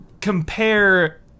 compare